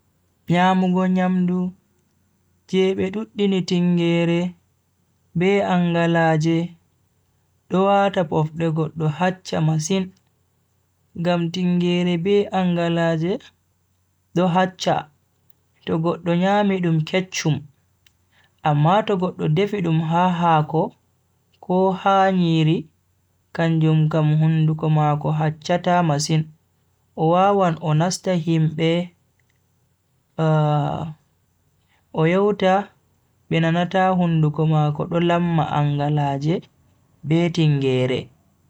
Nyamugo nyamdu je be duddini tingeere be angalaaje do wata pofde goddo haccha masin ngam tingeere be angalaaje do haccha to goddo nyami dum kecchum. amma to goddo defi dum ha haako ko ha nyiri kanjum kam hunduko mako hacchata masin o wawan o nasta himbe o yewta be nanata hunduko mako do lamma angalaaje be tingeere.